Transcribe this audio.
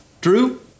Drew